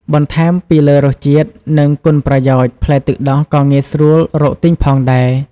បន្ថែមពីលើរសជាតិ និងគុណប្រយោជន៍ ផ្លែទឹកដោះក៏ងាយស្រួលរកទិញផងដែរ។